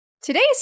Today's